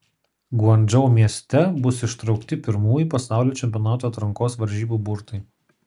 guangdžou mieste bus ištraukti pirmųjų pasaulio čempionato atrankos varžybų burtai